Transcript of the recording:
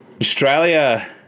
Australia